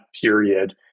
period